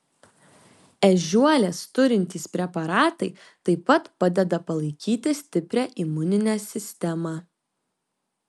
ežiuolės turintys preparatai taip pat padeda palaikyti stiprią imuninę sistemą